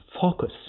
focus